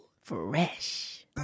Fresh